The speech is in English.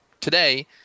today